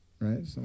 right